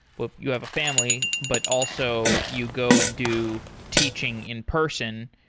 but you have a family, but also you go and do teaching in-person.